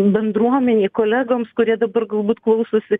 bendruomenei kolegoms kurie dabar galbūt klausosi